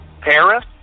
Paris